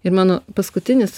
ir mano paskutinis